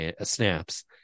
snaps